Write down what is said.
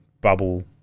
bubble